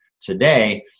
today